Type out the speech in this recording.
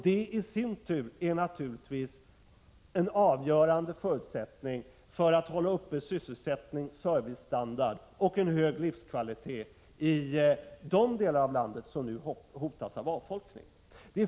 Detta i sin tur är naturligtvis en avgörande förutsättning för att upprätthålla sysselsättning, servicestandard och en hög livskvalitet i de delar av landet som nu hotas av avfolkning.